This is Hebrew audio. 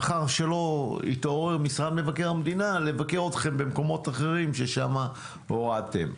שלא יתעורר מחר משרד מבקר לבקר אתכם במקומות אחרים שבהם הורדתם.